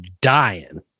dying